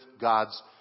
God's